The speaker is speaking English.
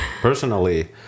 Personally